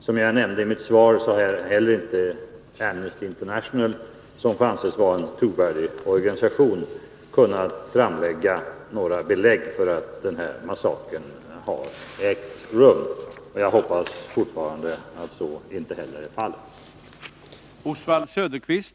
Som jag nämnde i mitt svar har inte heller Amnesty International, som får anses vara en trovärdig organisation, kunnat framlägga några belägg för att den här massakern har ägt rum. Jag hoppas fortfarande att så inte heller är fallet.